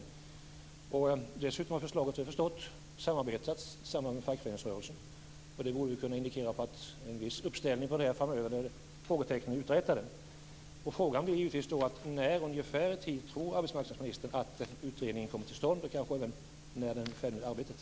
Förslaget har dessutom, vad jag har förstått, utarbetats tillsammans med fackföreningsrörelsen, vilket borde kunna indikera en viss uppställning på det här framöver när frågetecknen är uträtade. Frågan blir då: När ungefär tror arbetsmarknadsministern att utredningen kommer till stånd, och när är den färdig med arbetet?